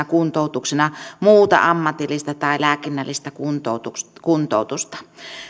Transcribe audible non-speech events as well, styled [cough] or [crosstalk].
[unintelligible] kuntoutuksena muuta ammatillista tai lääkinnällistä kuntoutusta kuntoutusta